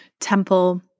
temple